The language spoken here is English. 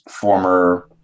former